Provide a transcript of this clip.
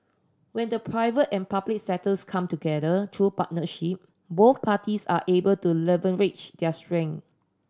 when the private and public sectors come together through partnership both parties are able to leverage their strength